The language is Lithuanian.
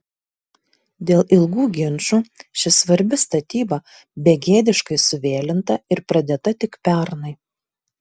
dėl ilgų ginčų ši svarbi statyba begėdiškai suvėlinta ir pradėta tik pernai